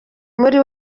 muri